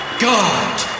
God